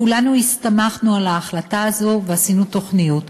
כולנו הסתמכנו על ההחלטה הזאת ועשינו תוכניות,